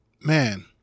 man